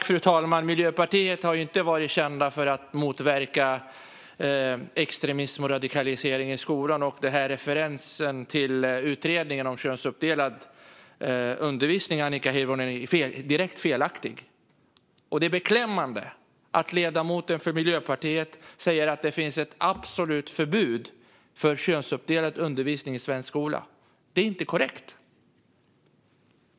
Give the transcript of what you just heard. Fru talman! Miljöpartiet har ju inte varit känt för att motverka extremism och radikalisering i skolan. Referensen Annika Hirvonen gör till utredningen om könsuppdelad undervisning är direkt felaktig. Det är beklämmande att ledamoten för Miljöpartiet säger att det finns ett absolut förbud mot könsuppdelad undervisning i svensk skola. Det är inte korrekt.